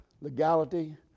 legality